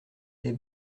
des